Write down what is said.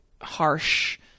harsh